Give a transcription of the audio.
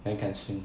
then can swim